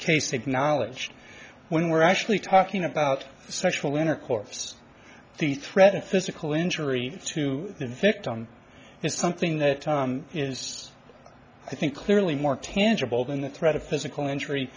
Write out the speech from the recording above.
case acknowledge when we're actually talking about sexual intercourse the threat of physical injury to the victim is something that is i think clearly more tangible than the threat of physical injury